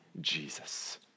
Jesus